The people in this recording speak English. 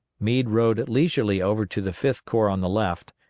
meade rode leisurely over to the fifth corps on the left,